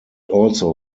also